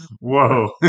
Whoa